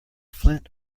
flint